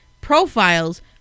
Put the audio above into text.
profiles